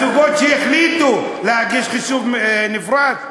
הזוגות שהחליטו להגיש חישוב בנפרד?